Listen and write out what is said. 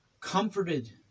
comforted